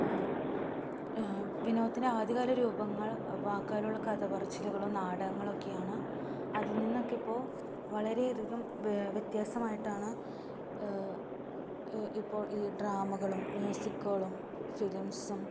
വിനോദത്തിന്റെ ആദ്യകാല രൂപങ്ങൾ വാക്കാലുള്ള കഥപറച്ചിലുകള് നാടകങ്ങളൊക്കെയാണ് അതിൽനിന്നൊക്കെയിപ്പോള് വളരേയധികം വ്യത്യാസമായിട്ടാണ് ഇപ്പോൾ ഈ ഡ്രാമകളും മ്യൂസിക്കുകളും ഫിലിംസ്സും